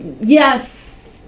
yes